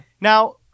Now